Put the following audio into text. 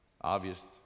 obvious